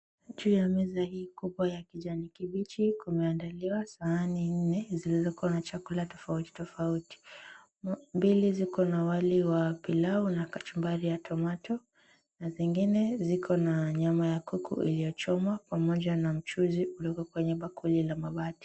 Juu ya meza hii kubwa ya kijani kibichi, kumeandaliwa sahani nne zilizokuwa na chakula tofauti tofauti. Mbili ziko na wali wa pilau na kachumbari ya tomato , na zingine ziko na nyama ya kuku iliyochomwa pamoja na mchuzi ulioko kwenye bakuli la mabati.